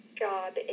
job